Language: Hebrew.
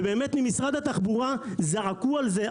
וממשרד התחבורה באמת זעקו על זה,